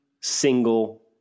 single